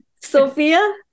Sophia